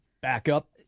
Backup